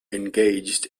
engaged